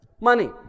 Money